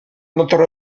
notre